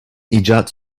icat